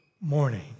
morning